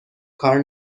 کار